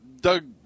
doug